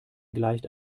gleicht